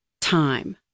time